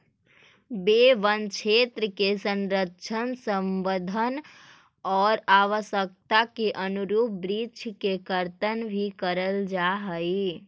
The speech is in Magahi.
वे वनक्षेत्र के संरक्षण, संवर्धन आउ आवश्यकता के अनुरूप वृक्ष के कर्तन भी करल जा हइ